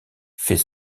fait